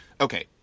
Okay